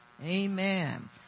Amen